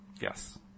Yes